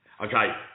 Okay